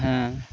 হ্যাঁ